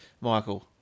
Michael